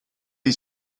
dei